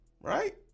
right